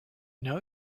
know